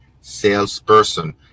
salesperson